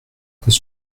peut